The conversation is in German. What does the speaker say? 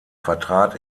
vertrat